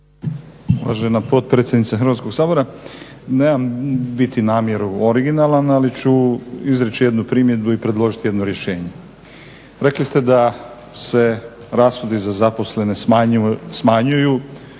Uvažena potpredsjednice Hrvatskog sabora. Nemam biti namjeru originalan ali ću izreći jednu primjedbu i predložiti jedno rješenje. Rekli ste da se rashodi za zaposlene smanjuju